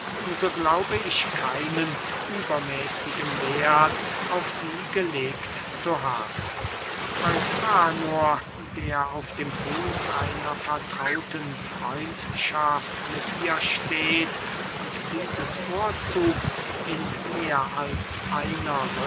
so glaube ich keinen übermäßigen werth auf sie gelegt zu haben eufranor der auf dem fuß einer vertrauten freundschaft mit ihr steht und dieses vorzugs in mehr als einer